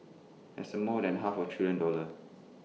that's more than half A trillion dollars